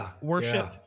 worship